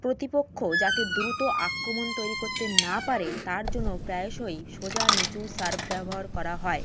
প্রতিপক্ষ যাতে দ্রুত আক্রমণ তৈরি করতে না পারে তার জন্য প্রায়শই সোজা নিচু সার্ভ ব্যবহার করা হয়